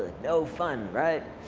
no fun, right?